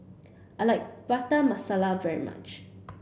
I like Prata Masala very much